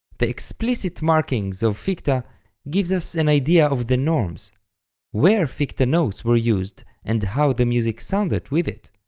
the explicit marking so of ficta gives us an idea of the norms where ficta notes were used and how the music sounded with it.